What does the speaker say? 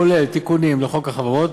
הכולל תיקונים לחוק החברות,